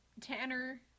tanner